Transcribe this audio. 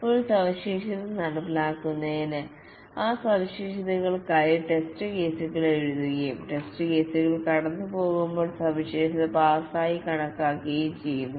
ഒരു സവിശേഷത നടപ്പിലാക്കുന്നതിന് മുമ്പ് ആ സവിശേഷതയ്ക്കായി ടെസ്റ്റ് കേസുകൾ എഴുതുകയും ടെസ്റ്റ് കേസുകൾ കടന്നുപോകുമ്പോൾ സവിശേഷത പാസായി കണക്കാക്കുകയും ചെയ്യുന്നു